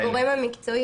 הגורם המקצועי,